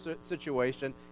situation